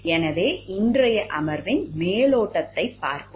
எனவே இன்றைய அமர்வின் மேலோட்டத்தைப் பார்ப்போம்